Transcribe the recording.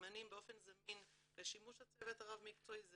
באופן זמין לשימוש הצוות הרב מקצועי,